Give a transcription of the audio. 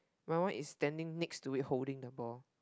my one is standing next to it holding the ball